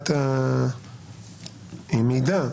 ברמת המידע.